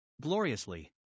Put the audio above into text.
Gloriously